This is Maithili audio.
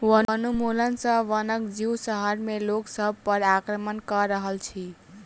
वनोन्मूलन सॅ वनक जीव शहर में लोक सभ पर आक्रमण कअ रहल अछि